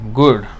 good